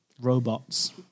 robots